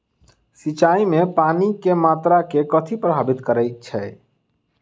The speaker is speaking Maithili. सिंचाई मे पानि केँ मात्रा केँ कथी प्रभावित करैत छै?